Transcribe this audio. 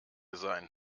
sein